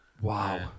Wow